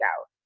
out